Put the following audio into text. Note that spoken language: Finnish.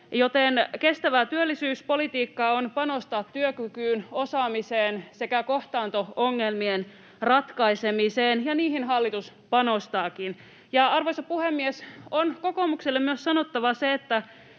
joten kestävää työllisyyspolitiikkaa on panostaa työkykyyn, osaamiseen sekä kohtaanto-ongelmien ratkaisemiseen, ja niihin hallitus panostaakin. Arvoisa puhemies! On kokoomukselle myös sanottava, että